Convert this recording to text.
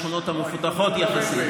אחת מהשכונות המפותחות יחסית,